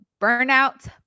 Burnout